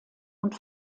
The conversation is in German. und